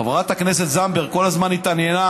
חברת הכנסת זנדברג כל הזמן התעניינה